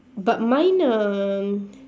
but mine are